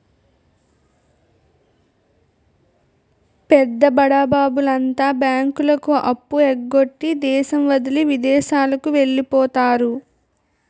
పెద్ద బడాబాబుల అంతా బ్యాంకులకు అప్పు ఎగ్గొట్టి దేశం వదిలి విదేశాలకు వెళ్లిపోతారు